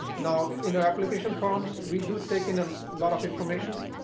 now, in our application forms we do take in a lot of information.